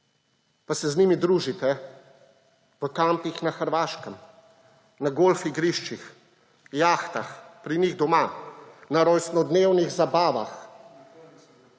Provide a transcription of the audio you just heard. pa se z njimi družite v kampih na Hrvaškem, na golf igriščih, jahtah, pri njih doma, na rojstnodnevnih zabavah